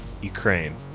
Ukraine